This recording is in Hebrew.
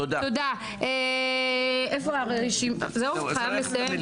חייב לסיים.